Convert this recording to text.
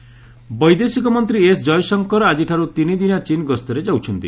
Jaishankar China ବୈଦେଶିକ ମନ୍ତ୍ରୀ S Jaishankar ଆକିଠାରୁ ତିନିଦିନିଆ ଚୀନ୍ ଗସ୍ତରେ ଯାଉଛନ୍ତି